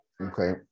Okay